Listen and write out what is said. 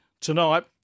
tonight